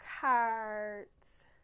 cards